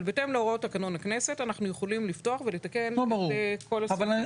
אבל בהתאם להוראות תקנון הכנסת אנחנו יכולים לפתוח ולתקן את כל הסעיפים.